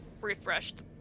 Refreshed